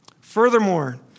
Furthermore